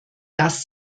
das